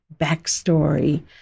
backstory